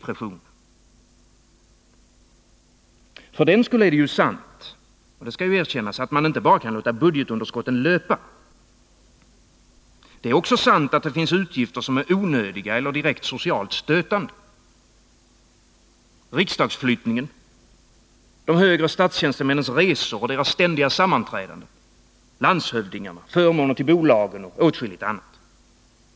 Det är visserligen sant och måste erkännas att man inte bara kan låta budgetunderskotten löpa. Det är också sant att det finns utgifter som är 121 onödiga eller direkt socialt stötande — riksdagsflyttningen, de högre statstjänstemännens resor och ständiga sammanträdande, landshövdingarna, förmåner till bolagen och åtskilligt annat.